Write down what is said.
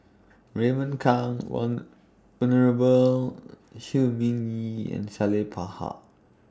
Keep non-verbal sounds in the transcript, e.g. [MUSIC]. Raymond Kang Win Venerable Shi Ming Yi and Salleh [UNINTELLIGIBLE]